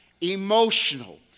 emotional